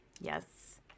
Yes